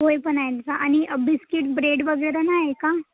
पोहे पण आहेत का आणि बिस्कीट ब्रेड वगैरे नाही आहे का